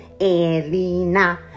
Elena